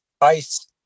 ice